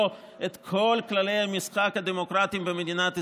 את כל כללי המשחק הדמוקרטיים במדינת ישראל,